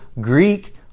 Greek